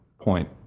point